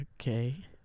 Okay